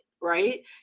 right